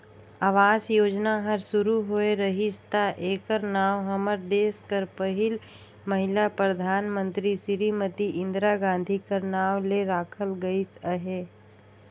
आवास योजना हर सुरू होए रहिस ता एकर नांव हमर देस कर पहिल महिला परधानमंतरी सिरीमती इंदिरा गांधी कर नांव ले राखल गइस अहे